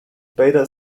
beta